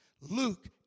Luke